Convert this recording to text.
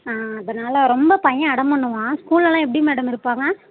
ஆ அதனால ரொம்ப பையன் அடம் பண்ணுவான் ஸ்கூல்லல்லாம் எப்படி மேடம் இருப்பான் அவன்